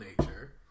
nature